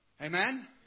Amen